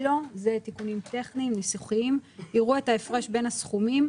לו..." זה תיקונים טכניים ניסוחיים "...יראו את ההפרש בין הסכומים,